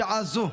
בשעה זו,